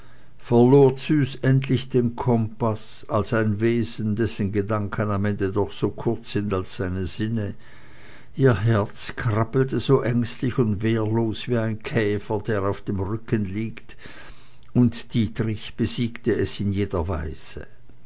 verlor züs endlich den kompaß als ein wesen dessen gedanken am ende doch so kurz sind als seine sinne ihr herz krabbelte so ängstlich und wehrlos wie ein käfer der auf dem rücken liegt und dietrich besiegte es in jeder weise